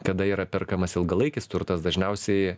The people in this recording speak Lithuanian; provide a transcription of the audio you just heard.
kada yra perkamas ilgalaikis turtas dažniausiai